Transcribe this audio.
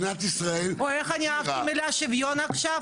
איך אהבתי את המילה שוויון עכשיו.